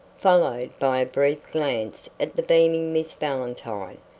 followed by a brief glance at the beaming miss valentine,